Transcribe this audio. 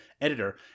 editor